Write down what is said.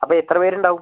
അപ്പം എത്ര പേരുണ്ടാവും